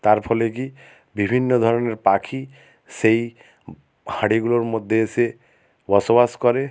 তার ফলে কী বিভিন্ন ধরনের পাখি সেই হাঁড়িগুলোর মধ্যে এসে বসবাস করে